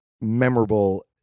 memorable